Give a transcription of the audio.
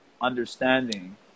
understanding